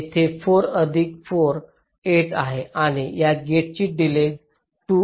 येथे ते 4 अधिक 4 8 आहे आणि या गेटची डिलेज 2 होती